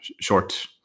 short